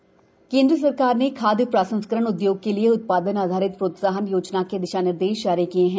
प्रोत्साहन योजना केंद्र सरकार ने खाद्य प्रसंस्करण उद्योग के लिए उत्पादन आधारित प्रोत्साहन योजना के दिशा निर्देश जारी किए हैं